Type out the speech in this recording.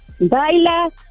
Baila